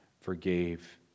forgave